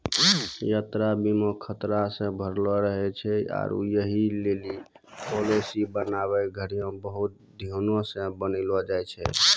यात्रा बीमा खतरा से भरलो रहै छै आरु यहि लेली पालिसी बनाबै घड़ियां बहुते ध्यानो से बनैलो जाय छै